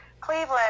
Cleveland